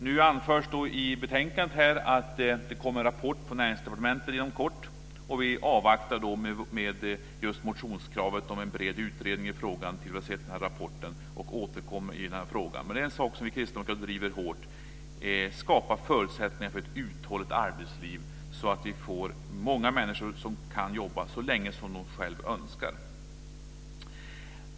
Nu anförs det i betänkandet att det inom kort kommer en rapport från Näringsdepartementet. Och vi avvaktar med motionskravet på en bred utredning i frågan tills vi har sett denna rapport och återkommer senare i denna fråga. Men en sak som vi kristdemokrater driver hårt är att man ska skapa förutsättningar för ett uthålligt arbetsliv, så att vi får många människor som kan jobba så länge som de själva önskar.